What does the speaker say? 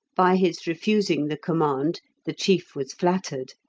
by his refusing the command the chief was flattered,